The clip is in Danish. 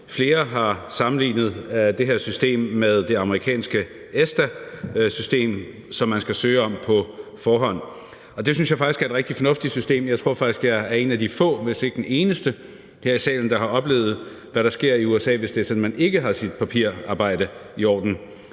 Flere har sammenlignet det her system med det amerikanske ESTA-system, hvor man skal søge på forhånd. Og det synes jeg faktisk er et rigtig fornuftigt system – jeg tror faktisk, jeg er en af de få, hvis ikke den eneste, her i salen, der har oplevet, hvad der sker i USA, hvis det er sådan, at man ikke har sit papirarbejde i orden.